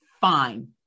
fine